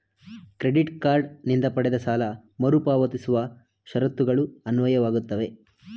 credit card ನಿಂದ ಪಡೆದ ಸಾಲ ಮರುಪಾವತಿಸುವ ಷರತ್ತುಗಳು ಅನ್ವಯವಾಗುತ್ತವೆ